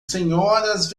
senhoras